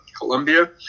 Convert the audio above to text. Colombia